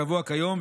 הקבוע כיום,